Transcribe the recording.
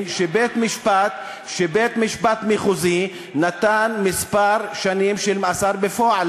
שבית-משפט מחוזי נתן כמה שנים של מאסר בפועל.